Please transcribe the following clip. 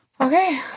Okay